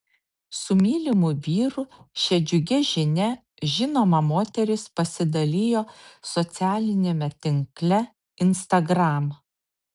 su mylimu vyru šia džiugia žinia žinoma moteris pasidalijo socialiniame tinkle instagram